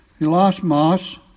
elosmos